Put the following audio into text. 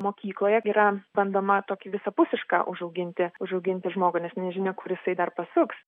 mokykloje yra bandoma tokį visapusišką užauginti užauginti žmogų nes nežinia kur jisai dar pasuks